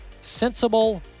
sensible